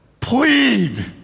plead